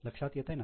लक्षात येतंय ना